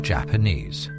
Japanese